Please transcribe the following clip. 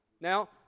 Now